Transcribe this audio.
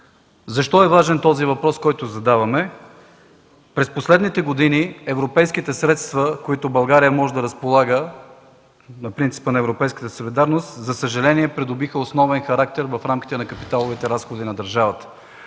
Защо е важен този въпрос, който задаваме? През последните години европейските средства, с които България може да разполага на принципа на европейската солидарност, за съжаление, придобиха основен характер в рамките на капиталовите разходи на държавата.